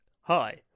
Hi